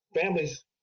families